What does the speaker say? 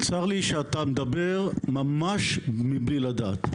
צר לי שאתה מדבר ממש מבלי לדעת.